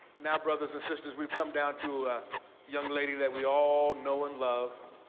now, brothers and sisters, we've come down to a young lady that we all know and love.